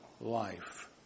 life